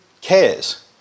cares